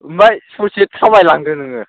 आमफ्राय ससे थाबायलांदो नोङो